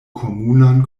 komunan